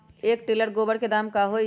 एक टेलर गोबर के दाम का होई?